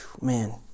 man